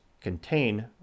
contain